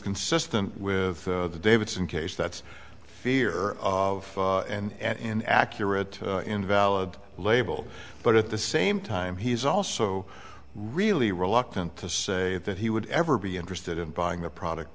consistent with the davidson case that's fear of an accurate invalid label but at the same time he's also really reluctant to say that he would ever be interested in buying the product